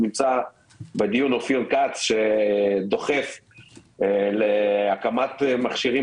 נמצא בדיון אופיר כץ שדוחף להקמת מכשירים